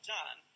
John